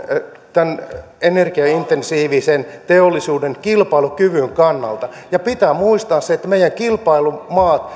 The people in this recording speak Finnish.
tämän suomen energiaintensiivisen teollisuuden kilpailukyvyn kannalta ja pitää muistaa se että meidän kilpailijamaamme